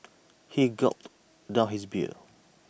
he gulped down his beer